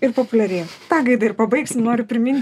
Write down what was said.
ir populiarėja ta gaida ir pabaigsim noriu primin